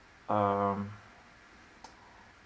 um